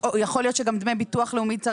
צריך לראות אם חלים דמי ביטוח לאומי.